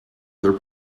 their